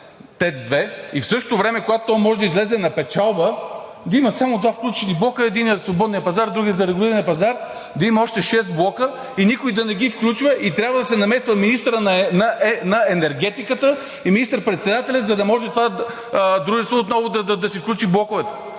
ТЕЦ 2 и в същото време, когато то може да излезе на печалба, да имат само два включени блока – единият за свободния пазар, другия за регулирания пазар. Да има още шест блока и никой да не ги включва, и трябва да се намесва министърът на енергетиката и министър-председателят, за да може това дружество отново да си включи блоковете!